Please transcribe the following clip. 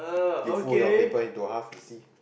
you fold your paper into half you see